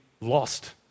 lost